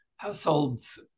Households